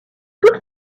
toute